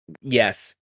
Yes